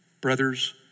brothers